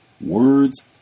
words